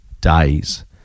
days